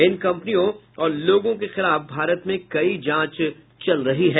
इन कंपनियों और लोगों के खिलाफ भारत में कई जांच चल रही है